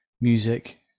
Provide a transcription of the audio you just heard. music